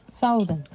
thousand